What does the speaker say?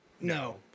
no